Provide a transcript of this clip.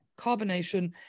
carbonation